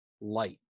light